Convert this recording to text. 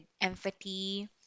empathy